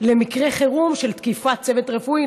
למקרה חירום של תקיפת צוות רפואי.